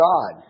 God